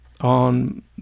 on